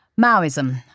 Maoism